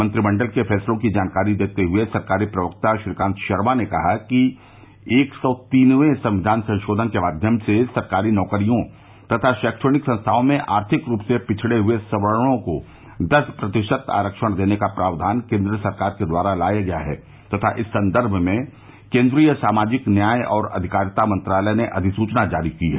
मंत्रिमंडल के फैसले की जानकारी देते हए सरकारी प्रवक्ता श्रीकांत शर्मा ने कहा कि एक सौ तीनवें संविधान संशोधन के माध्यम से सरकारी नौकरियों तथा रैक्षणिक संस्थानों में आर्थिक रूप से पिछड़े हए सवर्णो को दस प्रतिशत आरक्षण देने का प्रावधान केन्द्र सरकार के द्वारा लाया गया है तथा इस सन्दर्भ में केन्दीय सामाजिक न्याय और अधिकारिता मंत्रालय ने अधिसूचना जारी की है